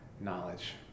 knowledge